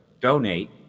donate